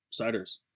ciders